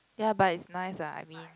ya but it's nice ah I mean